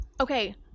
Okay